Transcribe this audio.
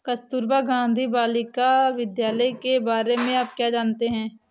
कस्तूरबा गांधी बालिका विद्यालय के बारे में आप क्या जानते हैं?